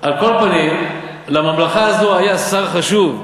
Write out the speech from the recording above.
על כל פנים, לממלכה הזאת היה שר חשוב,